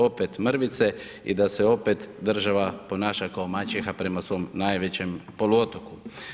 Opet mrvice i da se opet država ponaša kao maćeha prema svom najvećem poluotoku.